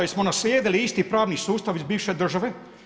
Jer smo naslijedili isti pravni sustav iz bivše države.